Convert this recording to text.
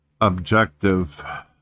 objective